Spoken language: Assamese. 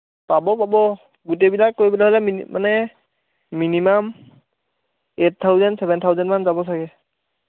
পাব পাব গোটেইবিলাক কৰিবলৈ হ'লে মানে minimum eight thousand seven thousand মান যাব চাগৈ